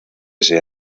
ese